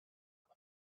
them